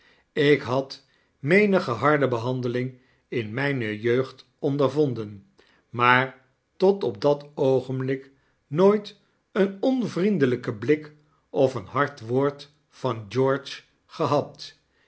ik had menige harde behandeling in myne jeugd ondervonden maar tot op dat oogenblik nooit een onvriendelyken blik of een hard woord van george gehad